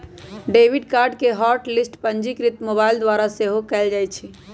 debit card के hot list पंजीकृत mobile द्वारा सेहो कएल जाइ छै